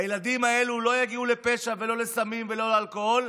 הילדים האלה לא יגיעו לא לפשע ולא לסמים ולא לאלכוהול,